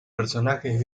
personajes